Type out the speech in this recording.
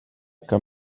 que